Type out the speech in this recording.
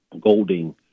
Golding